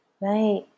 Right